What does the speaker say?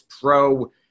Pro